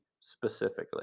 specifically